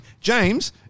James